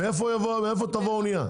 מאיפה תבוא האונייה?